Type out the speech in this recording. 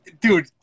dude